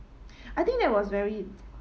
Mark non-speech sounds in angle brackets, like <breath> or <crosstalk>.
<breath> I think that was very <noise>